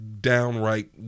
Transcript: Downright